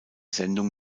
sendung